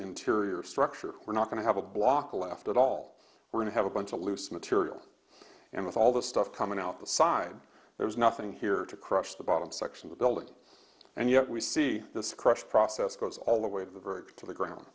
interior structure we're not going to have a block left at all we're going to have a bunch of loose material and with all the stuff coming out the side there's nothing here to crush the bottom section the building and yet we see this crushed process goes all the way to the verge to the ground